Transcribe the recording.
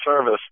service